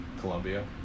Colombia